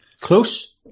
Close